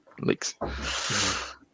leaks